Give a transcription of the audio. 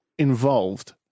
involved